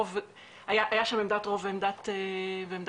הייתה שם עמדת רוב ועמדת מיעוט,